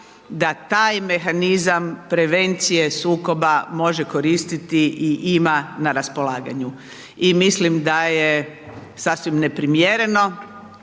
da taj mehanizam prevencije sukoba, može koristiti i ima na raspolaganju. I mislim da je sasvim neprimjereno